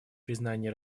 признания